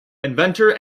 inventor